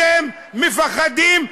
אתם מפחדים,